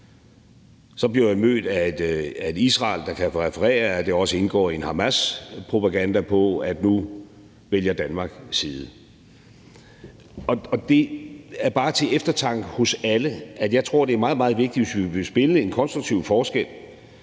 så bliver jeg mødt af et Israel, der kan referere, at det også indgår i en Hamaspropaganda om, at nu vælger Danmark side. Det er bare til eftertanke hos alle: Jeg tror, det er meget, meget vigtigt, hvis vi vil gøre en konstruktiv forskel,